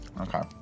Okay